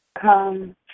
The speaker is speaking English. Come